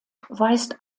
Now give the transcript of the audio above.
weist